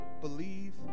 believe